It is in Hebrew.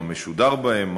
מה משודר בהם,